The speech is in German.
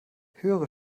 höhere